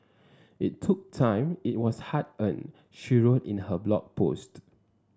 it took time it was hard earned she wrote in her Blog Post